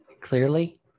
clearly